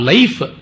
Life